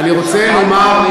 אני רוצה לומר,